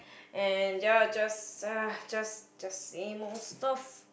and just ugh just just same old stuff